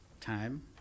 time